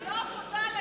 לא מודע למכתב ההבנות.